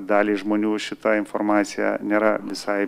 daliai žmonių šita informacija nėra visai